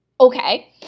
Okay